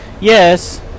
Yes